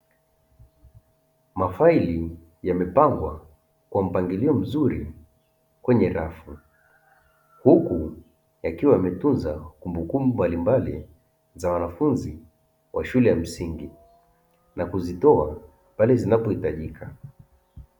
Mafaili yamepangwa kwa mpangilio mzuri kwenye rafu, huku yakiwa yametunza kumbukumbu mbalimbali za wanafunzi wa shule ya msingi na kuzitoa pale zinapohitajika.